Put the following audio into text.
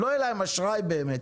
לא יהיה להם אשראי באמת,